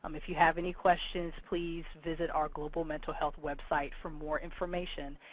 um if you have any questions, please visit our global mental health website for more information.